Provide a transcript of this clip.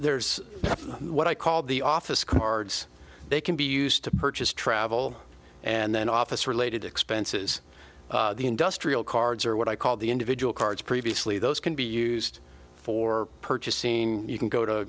there's what i call the office cards they can be used to purchase travel and then office related expenses the industrial cards or what i call the individual cards previously those can be used for purchasing you can go to